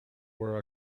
were